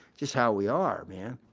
just how we are, man.